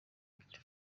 act